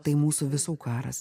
tai mūsų visų karas